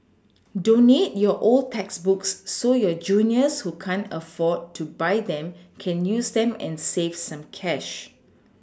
donate your old textbooks so your juniors who can't afford to buy them can use them and save some cash